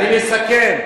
אני מסכם.